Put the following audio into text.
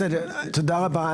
בסדר, תודה רבה.